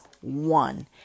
one